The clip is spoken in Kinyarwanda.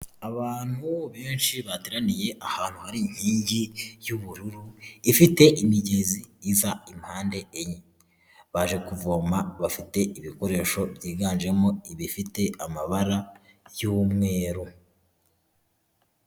Abantu benshi bateraniye ahantu hari inkingi y'ubururu ifite imigezi iva impande enye, baje kuvoma bafite ibikoresho byiganjemo ibifite amabara y'umweru.